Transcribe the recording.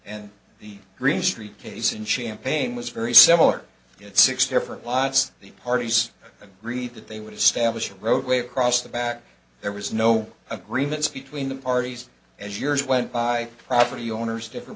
and the green street case in champaign was very similar it six different plots the parties agreed that they would establish a roadway across the back there was no agreements between the parties as years went by property owners different